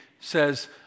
says